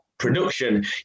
Production